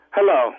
Hello